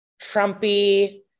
trumpy